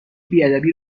بیادبی